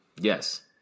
Yes